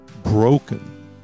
broken